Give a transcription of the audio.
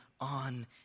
on